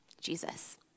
Jesus